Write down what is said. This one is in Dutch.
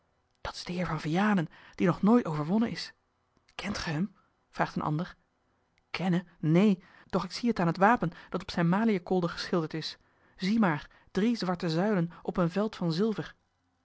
dat is de heer van vianen die nog nooit overwonnen is kent ge hem vraagt een ander kennen neen doch ik zie het aan het wapen dat op zijn maliënkolder geschilderd is zie maar drie zwarte zuilen op een veld van zilver